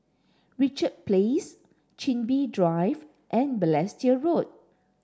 Richard Place Chin Bee Drive and Balestier Road